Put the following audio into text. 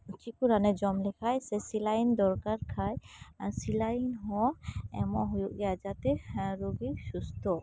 ᱪᱮᱜ ᱠᱚ ᱨᱟᱱᱮ ᱡᱚᱢ ᱞᱮᱠᱷᱟᱡ ᱥᱮ ᱥᱮᱞᱟᱭᱤᱱ ᱫᱚᱨᱠᱟᱨ ᱠᱷᱟᱡ ᱥᱮᱞᱟᱭᱤᱱ ᱦᱚᱸ ᱮᱢᱚᱜ ᱦᱩᱭᱩᱜ ᱜᱮᱭᱟ ᱡᱟᱛᱮ ᱦᱮᱸ ᱨᱩᱜᱤᱭ ᱥᱩᱥᱛᱚᱜ